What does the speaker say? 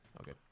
Okay